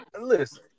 Listen